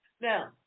Now